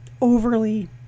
overly